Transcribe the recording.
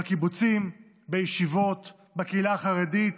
בקיבוצים, בישיבות, בקהילה החרדית,